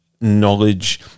knowledge